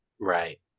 Right